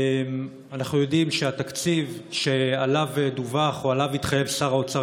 אנחנו יודעים שהתקציב שעליו דווח או שלו התחייב שר האוצר,